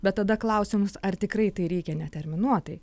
bet tada klausimas ar tikrai tai reikia neterminuotai